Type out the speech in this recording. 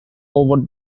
over